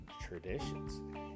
traditions